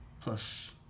plus